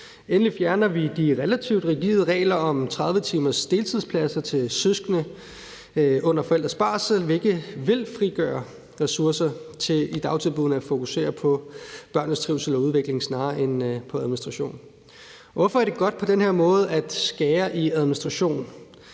Endelig fjerner vi de relativt rigide regler om 30-timers deltidspladser til søskende under forældres barsel, hvilket vil frigøre ressourcer til i dagtilbuddene at fokusere på børnenes trivsel og udvikling snarere end på administration. Hvorfor er det godt på den her måde at skære i administration?